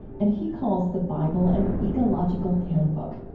and he calls the bible an ecological handbook.